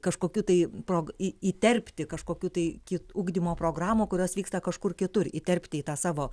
kažkokių tai prog į įterpti kažkokių tai kit ugdymo programų kurios vyksta kažkur kitur įterpti į tą savo